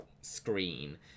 screen